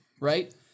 right